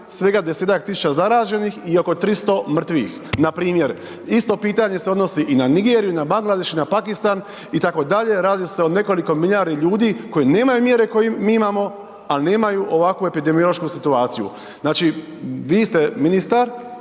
svega 10 tisuća zaraženih i oko 300 mrtvih. Npr. isto pitanje se odnosi i na Nigeriju i na Bangladeš i na Pakistan, itd., radi se o nekoliko milijardi ljudi koji nemaju mjere koje mi imamo, ali nemaju ovakvu epidemiološku situaciju. Znači vi ste ministar,